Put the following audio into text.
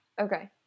Okay